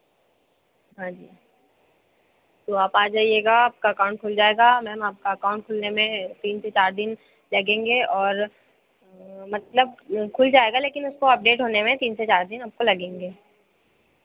हाँ जी तो आप आ जाइएगा आपका अकाउंट खुल जाएगा मैम आपका अकाउंट खुलने में तीन से चार दिन लगेंगे और मतलब खुल जाएगा लेकिन उसको अपडेट होने में तीन से चार दिन आपको लगेंगे